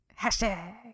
Hashtag